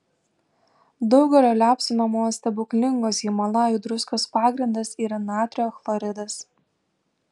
daugelio liaupsinamos stebuklingos himalajų druskos pagrindas yra natrio chloridas